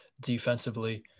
defensively